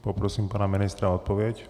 Poprosím pana ministra o odpověď.